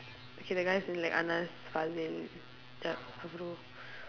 okay that guy as in like